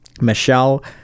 Michelle